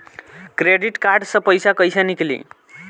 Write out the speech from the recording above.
Credit card से पईसा केइसे निकली?